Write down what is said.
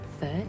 Third